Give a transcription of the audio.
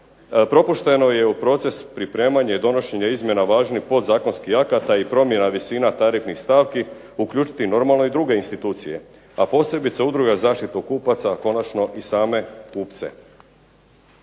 Propušteno je u proces pripremanje i donošenje izmjena važnih podzakonskih akata i promjena visina tarifnih stavki, uključiti normalno i druge institucije, a posebice Udruga za zaštitu kupaca, končano i same kupce.